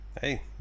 Hey